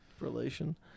Relation